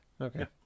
Okay